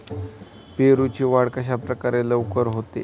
पेरूची वाढ कशाप्रकारे लवकर होते?